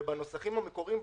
ובנוסחים המקוריים,